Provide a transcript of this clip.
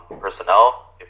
personnel